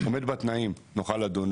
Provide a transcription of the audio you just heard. עומד בתנאים נוכן לדון,